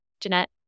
Jeanette